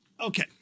Okay